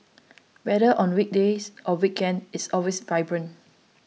either on weekdays or weekend it is always vibrant